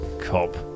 Cop